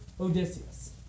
Odysseus